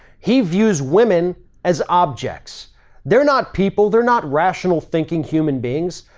he views women as objects they're not people, they're not rational, thinking human beings,